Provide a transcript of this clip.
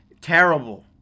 terrible